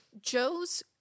Joe's